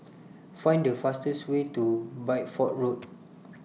Find The fastest Way to Bideford Road